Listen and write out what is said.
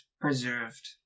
preserved